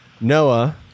Noah